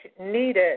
needed